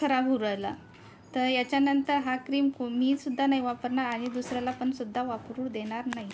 खराब हू राहिला तर याच्यानंतर हा क्रीम पोम् मी सुद्धा नाही वापरणार आणि दुसऱ्याला पण सुद्धा वापरू देणार नाही